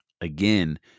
again